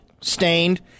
Stained